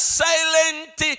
silent